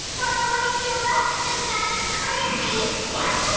run away, cula! this man is crazy! what!